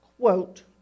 Quote